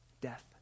death